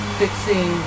fixing